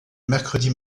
mercredi